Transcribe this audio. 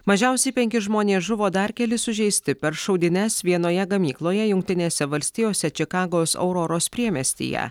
mažiausiai penki žmonės žuvo dar keli sužeisti per šaudynes vienoje gamykloje jungtinėse valstijose čikagos auroros priemiestyje